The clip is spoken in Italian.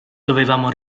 dovevamo